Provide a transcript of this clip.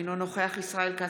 אינו נוכח ישראל כץ,